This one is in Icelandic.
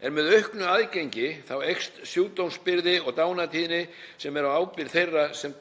En með auknu aðgengi eykst sjúkdómsbyrði og dánartíðni sem er á ábyrgð þeirra sem